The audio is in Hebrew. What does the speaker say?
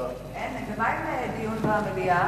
מה עם דיון במליאה?